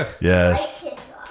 yes